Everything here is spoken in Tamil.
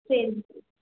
சரிங் சார்